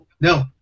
no